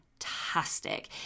fantastic